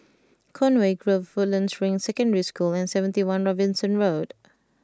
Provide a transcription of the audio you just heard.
Conway Grove Woodlands Ring Secondary School and seventy one Robinson Road